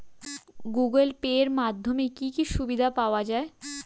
Google Pay এর মাধ্যমে কি কি সুবিধা পাওয়া যায়?